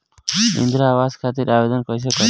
इंद्रा आवास खातिर आवेदन कइसे करि?